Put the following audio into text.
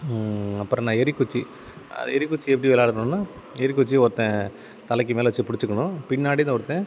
அப்புறம் என்ன எறிகுச்சி அது எறிகுச்சி எப்படி விளையாடுணுன்னா எறிகுச்சியை ஒருத்தன் தலைக்குமேல வச்சு பிடிச்சிக்கணும் பின்னாடியிருந்து ஒருத்தன்